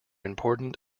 important